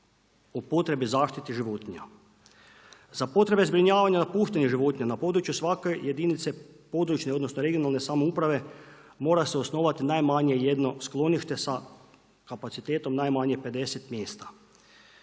o potrebi zaštite životinja. Za potrebe zbrinjavanja napuštenih životinja n području svake jedinice područne, odnosno regionalne samouprave, mora se osnovati najmanje jedno sklonište sa kapacitetom najmanje 50 mjesta.